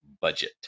budget